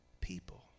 people